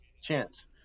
chance